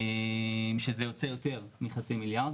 שזה יוצא יותר מחצי מיליארד.